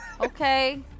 Okay